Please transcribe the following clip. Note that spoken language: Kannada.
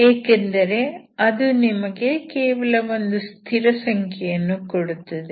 ಏಕೆಂದರೆ ಅದು ನಿಮಗೆ ಕೇವಲ ಒಂದು ಸ್ಥಿರಸಂಖ್ಯೆಯನ್ನು ಕೊಡುತ್ತದೆ